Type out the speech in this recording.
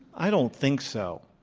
i don't think so.